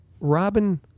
Robin